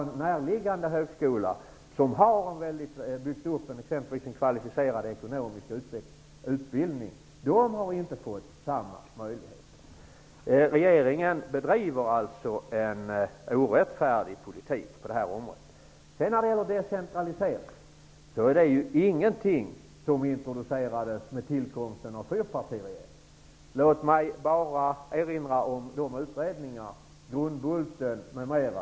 En näraliggande högskola som har byggt upp en kvalificerad ekonomisk utbildning har inte fått samma möjligheter. Regeringen bedriver alltså en orättfärdig politik på området. Vidare var det frågan om decentralisering. Det är ingenting som introducerades med tillkomsten av fyrpartiregeringen. Låt mig bara erinra om vissa utredningar, Grundbulten m.m.